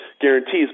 guarantees